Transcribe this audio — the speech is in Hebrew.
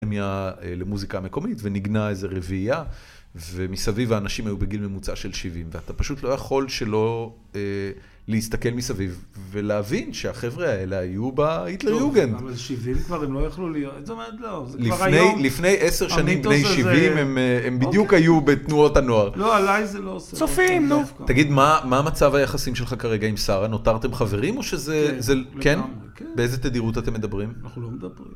למוזיקה מקומית ונגנה איזה רביעייה ומסביב האנשים היו בגיל ממוצע של שבעים ואתה פשוט לא יכול שלא להסתכל מסביב ולהבין שהחבר'ה האלה היו בה היטליוגנד אבל שבעים כבר הם לא יכלו להיות, זאת אומרת לא, זה כבר היום לפני עשר שנים בני שבעים הם בדיוק היו בתנועות הנוער לא עליי זה לא סדר, סופים תגיד מה המצב היחסים שלך כרגע עם שרה, נותרתם חברים או שזה... כן, לגמרי, כן באיזה תדירות אתם מדברים? אנחנו לא מדברים